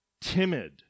timid